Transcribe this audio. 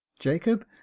jacob